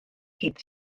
hyd